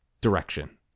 direction